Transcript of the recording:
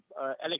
Alex